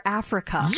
africa